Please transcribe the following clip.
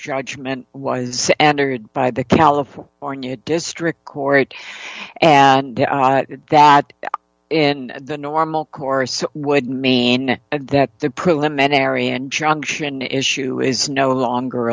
judgment was entered by the california district court and that in the normal course would mean that the preliminary injunction issue is no longer